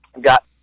got